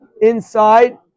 inside